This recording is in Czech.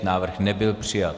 Návrh nebyl přijat.